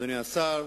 אדוני השר,